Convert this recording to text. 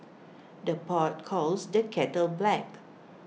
the pot calls the kettle black